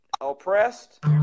oppressed